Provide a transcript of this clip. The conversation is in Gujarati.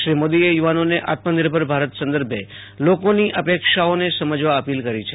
શ્રી મોદીએ યુવાનોને આત્મનિર્ભર ભારત સંદર્ભે લોકોની અપેક્ષાઓને સમજવા અપીલ કરી છે